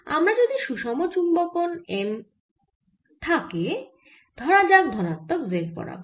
আমার যদি সুষম চুম্বকন M থাকে ধরা যাক ধনাত্মক z বরাবর